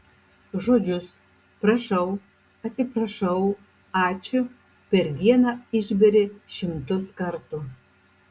žodžius prašau atsiprašau ačiū per dieną išberi šimtus kartų